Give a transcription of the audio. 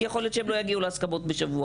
כי יכול להיות שהם לא יגיעו להסכמות בשבוע.